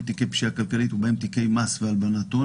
פשיעה כלכלית ובהם תיקי מס והלבנת הון,